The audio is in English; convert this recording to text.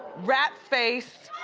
rat face.